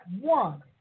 one